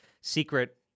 secret